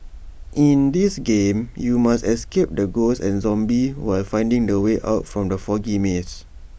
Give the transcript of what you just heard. in this game you must escape from ghosts and zombies while finding the way out from the foggy maze